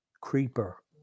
Creeper